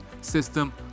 system